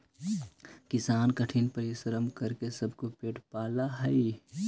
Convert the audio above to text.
किसान कठिन परिश्रम करके सबके पेट पालऽ हइ